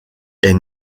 est